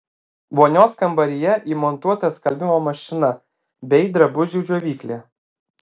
vonios kambaryje įmontuota skalbimo mašina bei drabužių džiovyklė